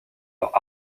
tant